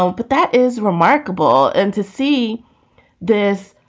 um but that is remarkable and to see this